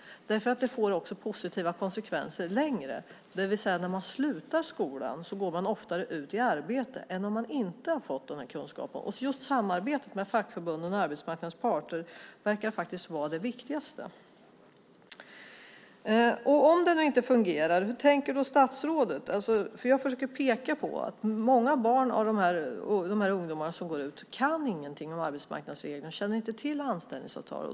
Det får också positiva konsekvenser längre fram, det vill säga att när man slutar skolan går man oftare ut i arbete än om man inte har fått de här kunskaperna. Just samarbetet med fackförbunden och arbetsmarknadens parter verkar faktiskt vara det viktigaste. Om det nu inte fungerar, hur tänker statsrådet då? Jag försöker peka på att många av de här ungdomarna som går ut inte kan någonting om arbetsmarknadens regler. De känner inte till anställningsavtal.